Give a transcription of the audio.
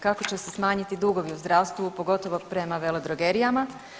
Kako će se smanjiti dugovi u zdravstvu pogotovo prema veledrogerijama.